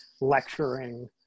lecturing